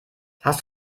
hast